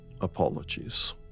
apologies